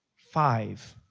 five,